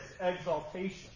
exaltation